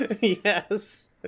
yes